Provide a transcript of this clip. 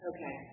Okay